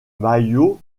maillot